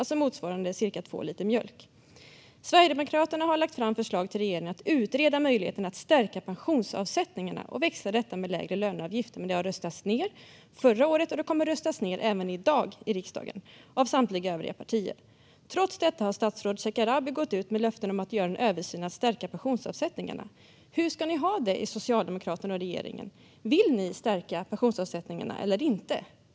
Det motsvarar alltså cirka två liter mjölk. Sverigedemokraterna har lagt fram förslag till regeringen om att utreda möjligheten att stärka pensionsavsättningarna och växla detta mot lägre löneavgift, men det röstades ned förra året och kommer att röstas ned även i dag av samtliga övriga partier i riksdagen. Trots detta har statsrådet Ardalan Shekarabi gått ut med löften om att göra en översyn av och stärka pensionsavsättningarna. Hur ska ni ha det i Socialdemokraterna och regeringen? Vill ni stärka pensionsavsättningarna eller inte?